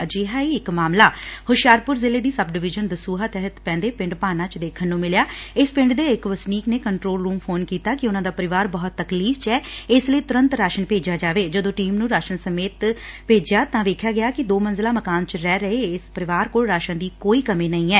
ਅਜਿਹਾ ਹੀ ਇਕ ਮਾਮਲਾ ਹੁਸ਼ਿਆਰਪੁਰ ਜਿਲ੍ਹੇ ਦੀ ਸਬ ਡਵੀਜਨ ਦਸੂਹਾ ਡਹਿਡ ਪੈਂਦੇ ਪਿੰਡ ਦੇ ਇਕ ਵਸਨੀਕ ਨੇ ਕੰਟਰੋਲ ਰੂਮ ਨੂੰ ਫੋਨ ਕੀਡਾ ਕਿ ਉਨੂਂ ਦਾ ਪਰਿਵਾਰ ਬਹੁਤ ਤਕਲੀਫ 'ਚ ਏ ਇਸ ਲਈ ਤੁਰੰਤ ਰਾਸ਼ਨ ਭੇਜਿਆ ਜਾਵੇ ਜਦੋਂ ਟੀਮ ਨੂੰ ਰਾਸ਼ਨ ਸਮੇਤ ਭੇਜਿਆ ਤਾਂ ਵੇਖਿਆ ਗਿਆ ਕਿ ਦੋ ਮੰਜਿਲਾ ਮਕਾਨ 'ਚ ਰਹਿ ਰਹੇ ਇਸ ਪਰਿਵਾਰ ਕੋਲ ਰਾਸ਼ਨ ਦੀ ਕੋਈ ਕਮੀ ਨਹੀ ਏ